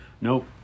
Nope